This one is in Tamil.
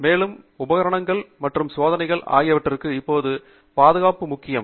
மேலும் உபகரணங்கள் மற்றும் சோதனைகள் ஆகியவற்றிற்கும் இப்போது பாதுகாப்பு முக்கியம்